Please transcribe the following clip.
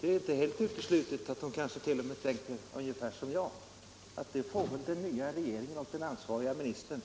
Det är inte helt uteslutet att hon tänker ungefär som jag, att den nya regeringen och den ansvariga ministern